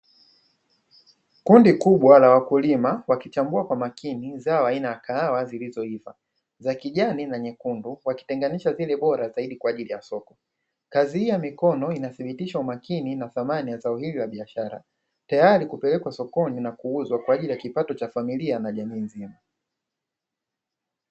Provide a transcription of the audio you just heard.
Kundi kubwa la wakulima wakichambua kwa makini zao aina ya kahawa zilizoiva za kijani na nyekundu, wakitenganisha zile zilizo bora zaidi kwa ajili ya soko. Kazi hii ya mikono inathibitisha umakini na thamani ya zao hilo la biashara, tayari kupelekwa sokoni kwa ajili kuuzwa ili kujipatia kipato cha familia na jamii nzima.